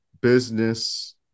business